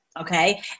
okay